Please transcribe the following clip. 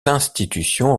institution